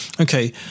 okay